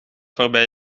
waarbij